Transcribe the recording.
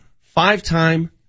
five-time